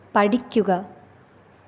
പഠിക്കുക